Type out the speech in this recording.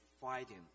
fighting